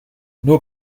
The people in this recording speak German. nur